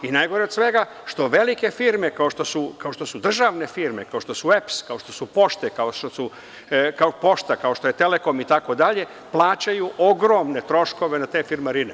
Najgore od svega što velike firme kao što su državne firme, kao što su EPS, kao što je „Pošta“, kao što je „Telekom“ itd, plaćaju ogromne troškove na te firmarine.